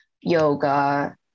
yoga